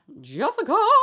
Jessica